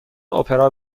اپرا